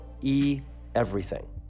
e-everything